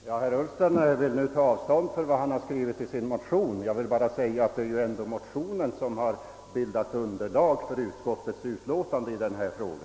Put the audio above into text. Herr talman! Herr Ullsten vill nu ta avstånd från vad han skrivit i sin. motion. Jag vill bara säga att det ändå är motionen som har bildat underlag för utskottsutlåtandet i denna fråga.